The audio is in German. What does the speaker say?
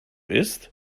isst